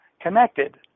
connected